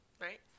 Right